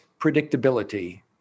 predictability